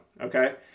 okay